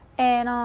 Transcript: and um